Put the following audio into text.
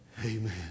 Amen